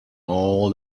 all